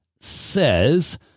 says